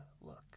look